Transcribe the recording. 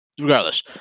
regardless